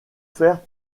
faire